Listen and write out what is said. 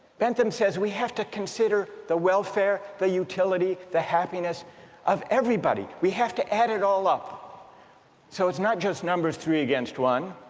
bentham says we have to consider the welfare, the utility, the happiness of everybody. we have to add it all up so it's not just numbers three against one